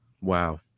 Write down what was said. Wow